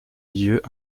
lieux